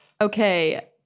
Okay